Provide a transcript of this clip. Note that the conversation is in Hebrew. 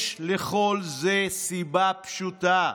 יש לכל זה סיבה פשוטה: